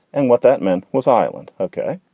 and what that meant was island. ok,